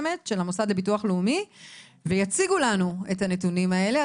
המוסד לביטוח לאומי ויציגו לנו את הנתונים האלה,